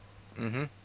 mmhmm